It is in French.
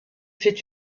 fait